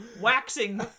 waxing